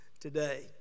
today